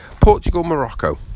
Portugal-Morocco